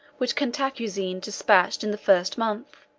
which cantacuzene despatched in the first month,